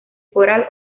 coral